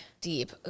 deep